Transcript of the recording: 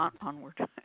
Onward